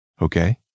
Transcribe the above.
Okay